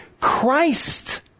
Christ